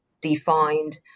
defined